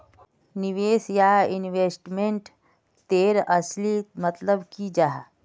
निवेश या इन्वेस्टमेंट तेर असली मतलब की जाहा?